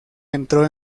entró